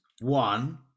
One